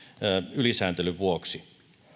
ylisääntelyn vuoksi